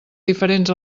diferents